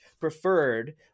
preferred